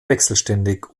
wechselständig